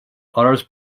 honours